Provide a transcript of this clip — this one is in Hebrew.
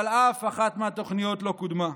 אבל אף אחת מהתוכניות לא קודמה.